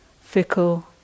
fickle